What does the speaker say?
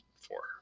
four